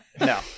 No